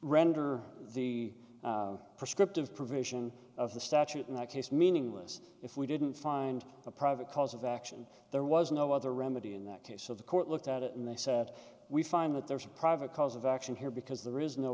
render the prescriptive provision of the statute in that case meaningless if we didn't find a private cause of action there was no other remedy in that case of the court looked at it and they said we find that there is a private cause of action here because there is no